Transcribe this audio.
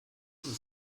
oben